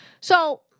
So-